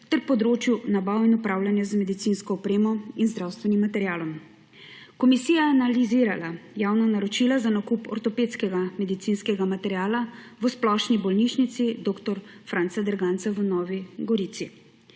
ter področju nabav in upravljanja z medicinsko opremo in zdravstvenim materialom. Komisija je analizirala javna naročila za nakup ortopedskega medicinskega materiala v Splošni bolnišnici dr. Franca Derganca v Novi Gorici.